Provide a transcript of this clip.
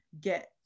get